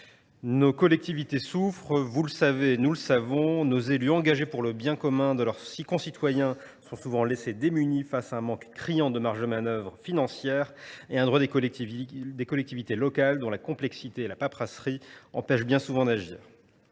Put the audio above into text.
Nos collectivités souffrent ; vous le savez, comme nous le savons. Nos élus engagés pour le bien commun de leurs concitoyens sont souvent laissés démunis face à un manque criant de marges de manœuvre financières et à un droit des collectivités locales dont la complexité et la paperasserie sont telles